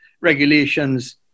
regulations